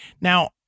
Now